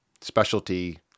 specialty